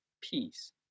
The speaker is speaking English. peace